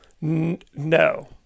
No